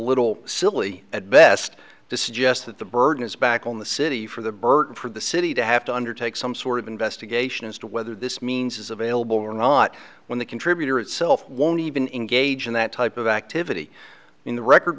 little silly at best to suggest that the burden is back on the city for the burden for the city to have to undertake some sort of investigation as to whether this means is available or not when the contributor itself won't even engage in that type of activity in the record